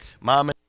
mom